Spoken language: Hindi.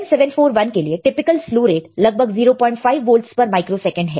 LM741 के लिए टिपिकल स्लु रेट लगभग 05 वोल्टस पर माइक्रो सेकंड है